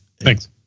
Thanks